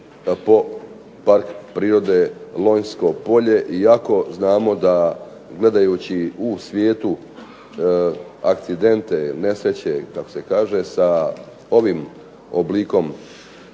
po Parka prirode Lonjsko polje iako znamo da gledajući u svijetu akcidente ili nesreće kako se kaže sa ovim oblikom